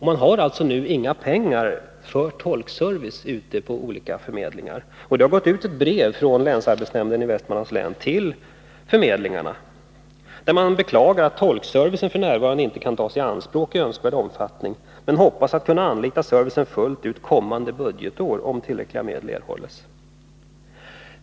Man har alltså nu inga pengar till tolkservice ute på de olika förmedlingarna. Det har gått ut ett brev från länsarbetsnämnden i Västmanlands län till förmedlingarna, där man beklagar att tolkservicen f. n. inte kan tas i anspråk i önskad omfattning. Man hoppas att kunna anlita servicen fullt ut kommande budgetår, om tillräckliga medel erhålles.